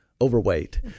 overweight